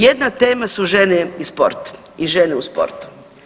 Jedna tema su žene i sport i žene u sportu.